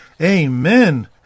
Amen